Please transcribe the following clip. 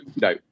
no